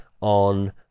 On